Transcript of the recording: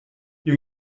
you